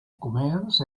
comerç